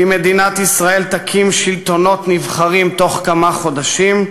כי מדינת ישראל תקים שלטונות נבחרים בתוך כמה חודשים,